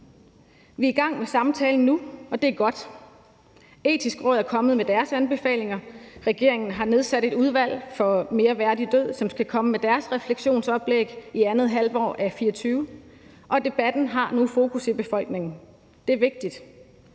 Vi er i gang med samtalen nu, og det er godt. Det Etiske Råd er kommet med deres anbefalinger, regeringen har nedsat Udvalget for en mere værdig død, som skal komme med deres refleksionsoplæg i andet halvår af 2024, og debatten har nu fokus i befolkningen. Det er vigtigt.